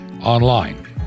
online